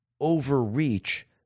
overreach